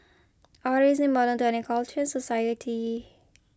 art is important to any culture society